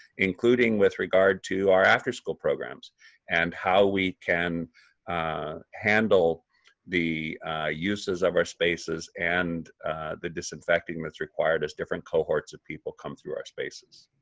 including with regard to our afterschool programs and how we can handle the uses of our spaces and the disinfecting that's required as different cohorts of people come through our spaces.